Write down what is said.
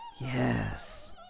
Yes